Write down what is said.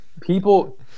people